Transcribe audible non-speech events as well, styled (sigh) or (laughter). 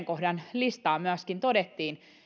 (unintelligible) kohdan listaa myöskin todettiin